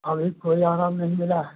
अभी कोई आराम नहीं मिला है